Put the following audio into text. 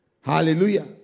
hallelujah